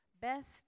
best